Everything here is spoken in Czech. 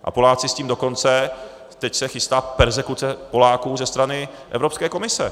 A Poláci s tím dokonce teď se chystá perzekuce Poláků ze strany Evropské komise.